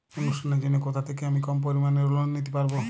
অনুষ্ঠানের জন্য কোথা থেকে আমি কম পরিমাণের লোন নিতে পারব?